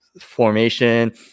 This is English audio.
formation